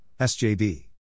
SJB